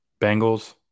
Bengals